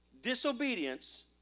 Disobedience